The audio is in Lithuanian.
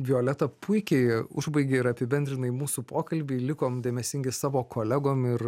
violeta puikiai užbaigei ir apibendrinai mūsų pokalbį likom dėmesingi savo kolegom ir